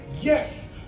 yes